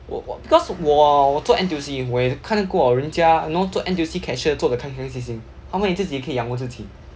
我我 because 我我做 N_T_U_C 我也看过人家 you know 做 N_T_U_C cashier 做的开开心心他们也自己可以养活自己